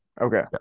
Okay